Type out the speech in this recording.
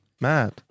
Mad